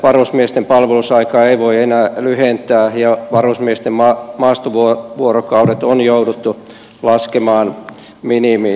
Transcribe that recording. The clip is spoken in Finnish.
varusmiesten palvelusaikaa ei voi enää lyhentää ja varusmiesten maastovuorokaudet on jouduttu laskemaan minimiin